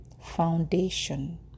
Foundation